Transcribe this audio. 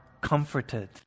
comforted